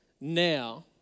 now